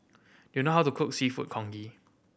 do you know how to cook Seafood Congee